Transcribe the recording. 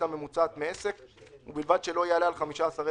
זו עמדת חבר הכנסת